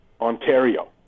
Ontario